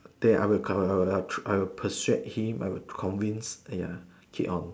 that I'll I'll persuade him I'll convince ya keep on